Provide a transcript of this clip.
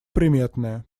приметная